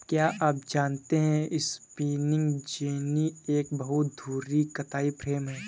क्या आप जानते है स्पिंनिंग जेनि एक बहु धुरी कताई फ्रेम है?